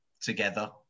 together